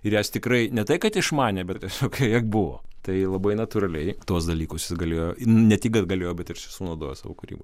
ir jas tikrai ne tai kad išmanė bet tiesiog joje buvo tai labai natūraliai tuos dalykus jis galėjo ir ne tik kad galėjo bet ir čia sunaudojo savo kūryboj